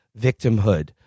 victimhood